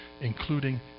including